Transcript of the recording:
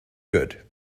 good